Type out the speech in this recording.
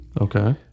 Okay